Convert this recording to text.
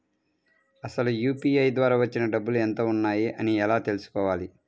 అసలు యూ.పీ.ఐ ద్వార వచ్చిన డబ్బులు ఎంత వున్నాయి అని ఎలా తెలుసుకోవాలి?